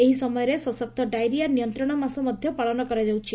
ଏହି ସମୟରେ ସଶକ୍ତ ଡାଇରିଆ ନିୟନ୍ତଶ ମାସ ମଧ୍ଧ ପାଳନ କରାଯାଉଛି